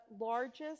largest